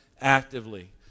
actively